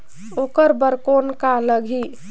ओकर बर कौन का लगी?